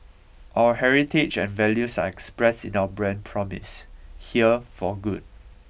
our heritage and values are expressed in our brand promise here for good